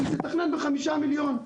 היא תתכנן בחמישה מיליון.